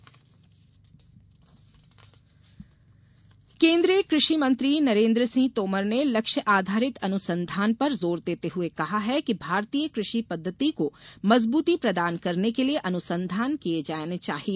तोमर कृषि केन्द्रीय कृषि मंत्री नरेन्द्र सिंह तोमर ने लक्ष्य आधारित अनुसंधान पर जोर देते हुए कहा है कि भारतीय कृषि पद्धति को मजबूती प्रदान करने के लिए अनुसंधान किये जाने चाहिए